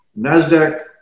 NASDAQ